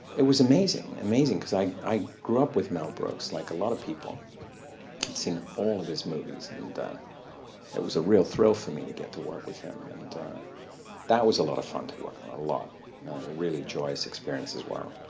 it was amazing, amazing. because i i grew up with mel brooks, like a lot of people. i'd seen all of his movies. and it was a real thrill for me to get to work with him. and that was a lot of fun to work on, a lot. a really joyous experience as well.